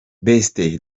best